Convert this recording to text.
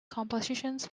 compositions